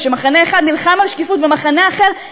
אבל אני חושבת שאמרתי דברי טעם.